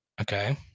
Okay